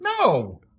No